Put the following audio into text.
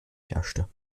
herrschte